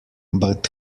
but